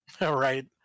right